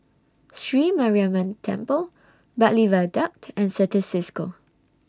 Sri Mariamman Temple Bartley Viaduct and Certis CISCO